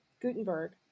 Gutenberg